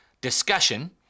discussion